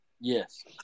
Yes